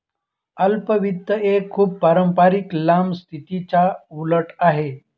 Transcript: अल्प वित्त एक खूप पारंपारिक लांब स्थितीच्या उलट आहे